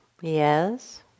Yes